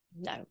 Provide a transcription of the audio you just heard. no